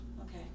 Okay